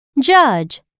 judge